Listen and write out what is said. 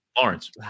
lawrence